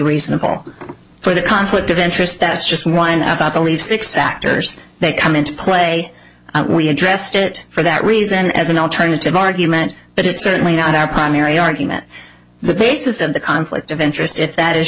reasonable for the conflict of interest that's just whine about to leave six factors that come into play we addressed it for that reason as an alternative argument but it's certainly not our primary argument the basis of the conflict of interest if that is